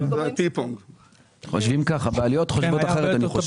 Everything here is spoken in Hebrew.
אני חושב שהבעלויות חושבות אחרת.